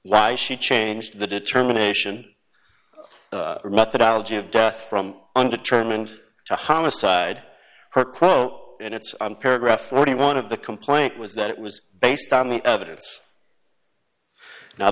why she changed the determination or methodology of death from undetermined to homicide her quote and it's on paragraph forty one of the complaint was that it was based on the evidence now